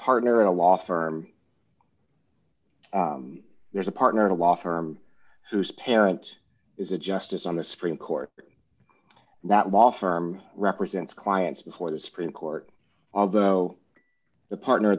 partner in a law firm there's a partner in a law firm whose parent is a justice on the supreme court that while firm represents clients before the supreme court although the partner